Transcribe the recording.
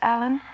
Alan